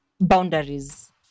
boundaries